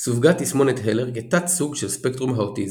סווגה תסמונת הלר כתת-סוג של ספקטרום האוטיזם.